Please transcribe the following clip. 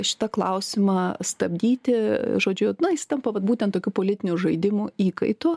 šitą klausimą stabdyti žodžiu na jis tampa vat būtent tokių politinių žaidimų įkaitu